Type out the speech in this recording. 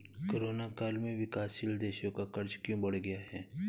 Corona काल में विकासशील देशों का कर्ज क्यों बढ़ गया है?